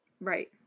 Right